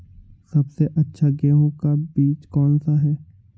सबसे अच्छा गेहूँ का बीज कौन सा है?